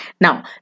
Now